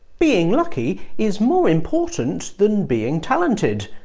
being lucky is more important than being talented,